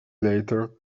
later